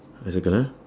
I circle ah